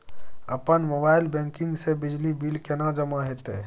अपन mobile banking से बिजली बिल केने जमा हेते?